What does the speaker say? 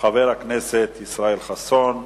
חבר הכנסת ישראל חסון.